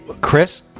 Chris